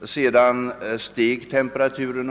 Under dagen steg temperaturen,